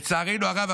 לצערנו הרב,